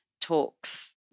talks